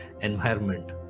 environment